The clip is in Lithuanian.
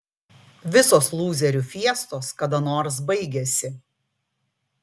visos lūzerių fiestos kada nors baigiasi